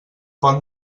pont